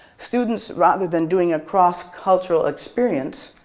students, rather than doing a cross cultural experience,